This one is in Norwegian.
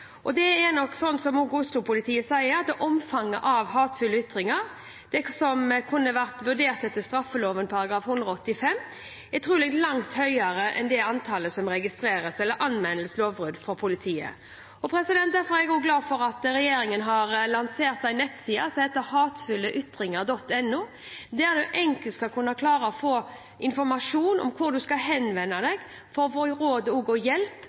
som kunne vært vurdert etter straffeloven § 185, trolig er langt større enn antallet som registreres, eller som anmeldes som lovbrudd til politiet. Derfor er jeg glad for at regjeringen har lansert en nettside som heter hatefulleytringer.no, der man enkelt skal kunne få informasjon om hvor man skal henvende seg for å få råd og hjelp hvis man lurer på om man er utsatt for en hatefull ytring, og